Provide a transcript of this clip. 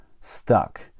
stuck